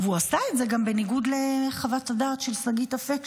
הוא עשה את זה גם בניגוד לחוות הדעת של שגית אפיק,